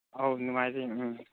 ꯑꯧ ꯅꯨꯡꯉꯥꯏꯔꯤ ꯎꯝ